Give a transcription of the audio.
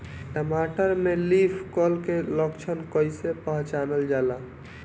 टमाटर में leaf curl के लक्षण कइसे पहचानल जाला?